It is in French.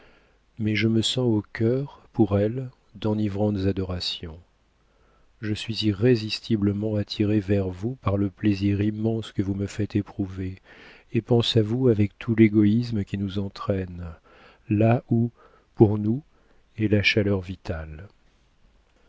mais je me sens au cœur pour elle d'enivrantes adorations je suis irrésistiblement attiré vers vous par le plaisir immense que vous me faites éprouver et pense à vous avec tout l'égoïsme qui nous entraîne là où pour nous est la chaleur vitale